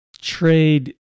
trade